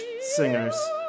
singers